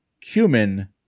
cumin